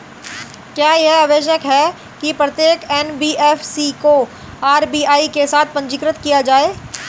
क्या यह आवश्यक है कि प्रत्येक एन.बी.एफ.सी को आर.बी.आई के साथ पंजीकृत किया जाए?